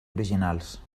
originals